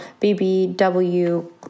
BBW